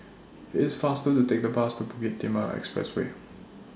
It's faster to Take The Bus to Bukit Timah Expressway